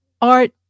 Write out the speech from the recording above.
art